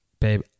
Babe